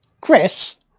Chris